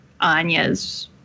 Anya's